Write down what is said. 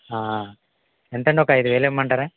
ఎంతండి ఒక ఐదు వేలు ఇమ్మంటారా